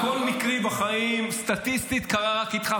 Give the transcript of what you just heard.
הכול מקרי בחיים וסטטיסטית קרה רק איתך,